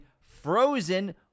Frozen